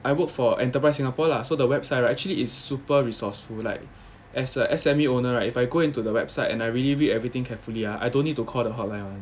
I worked for enterprise singapore lah so the website right actually is super resourceful like as a S_M_E owner right if I go into the website and I really read everything carefully ah I don't need to call the hotline [one]